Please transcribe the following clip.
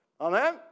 Amen